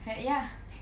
ya